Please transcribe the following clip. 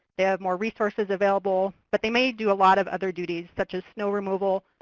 they have more resources available, but they may do a lot of other duties such as snow removal,